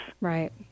Right